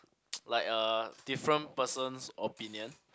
like uh different person's opinion